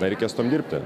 na reikės tuom dirbti